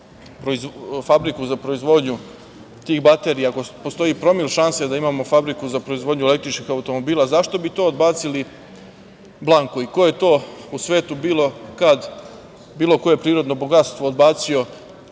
fabriku za proizvodnju tih baterija i ako postoji promil šanse da imamo fabriku za proizvodnju električnih automobila, zašto bi to odbacili blanko i ko je to u svetu, bilo kad bilo koje prirodno bogatstvo odbacio,